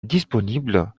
disponible